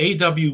AW